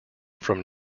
from